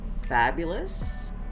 fabulous